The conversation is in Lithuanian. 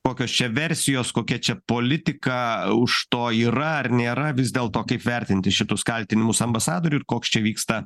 kokios čia versijos kokia čia politika už to yra ar nėra vis dėlto kaip vertinti šitus kaltinimus ambasadoriui ir koks čia vyksta